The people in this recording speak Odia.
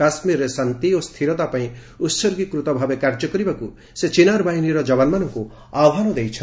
କାଶ୍ମୀରରେ ଶାନ୍ତି ଓ ସ୍ଥିରତା ପାଇଁ ଉହର୍ଗୀକୃତ ଭାବେ କାର୍ଯ୍ୟ କରିବାକୁ ସେ ଚିନାର ବାହିନୀର ଯବାନଙ୍କୁ ଆହ୍ୱାନ ଦେଇଛନ୍ତି